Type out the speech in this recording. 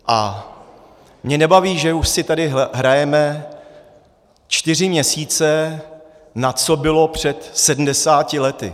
A mě nebaví, že už si tady hrajeme čtyři měsíce na co bylo před 70 lety.